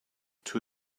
two